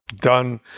done